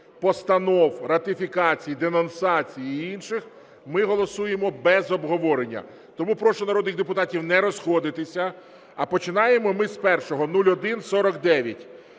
постанов, ратифікацій, денонсацій і інших ми голосуємо без обговорення. Тому прошу народних депутатів не розходитися. А починаємо ми з першого 0149,